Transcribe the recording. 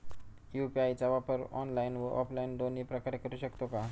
UPI चा वापर online व ऑफलाईन दोन्ही प्रकारे करु शकतो का?